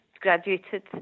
graduated